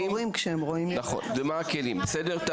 בסדר, ומה הכלים, בסדר?